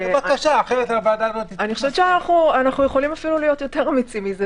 אני חושבת שאנחנו יכולים להיות יותר אמיצים מזה,